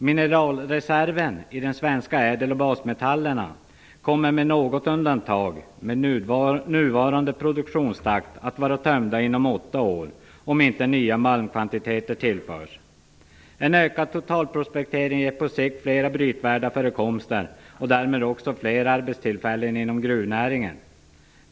Mineralreserven i de svenska ädel och basmetallerna kommer, med något undantag, med nuvarande produktionstakt att vara tömda inom åtta år, om inte nya malmkvantiteter tillförs. En ökad totalprospektering ger på sikt flera brytvärda förekomster och därmed också flera arbetstillfällen inom gruvnäringen.